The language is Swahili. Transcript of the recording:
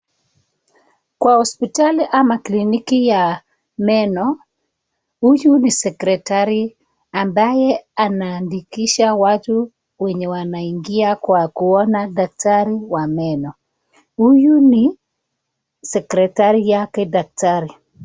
Kwa hospitali ama kliniki ya meno huyu ni sekritari ambaye anaandikisha watu wenye wanaingia kwa kuona daktari wa meno, huyu ni sekritari yake daktari.